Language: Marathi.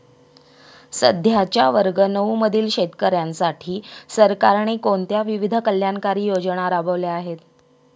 सध्याच्या वर्ग नऊ मधील शेतकऱ्यांसाठी सरकारने कोणत्या विविध कल्याणकारी योजना राबवल्या आहेत?